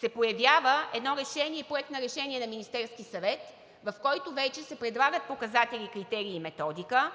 се появява един Проект на решение на Министерския съвет, в който вече се предлагат показатели, критерии и методика,